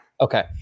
Okay